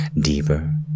Deeper